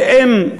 שהן,